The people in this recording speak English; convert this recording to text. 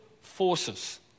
forces